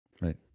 right